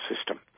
system